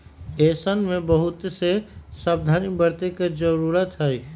ऐसन में बहुत से सावधानी बरते के जरूरत हई